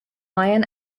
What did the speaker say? iron